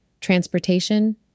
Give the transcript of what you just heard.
transportation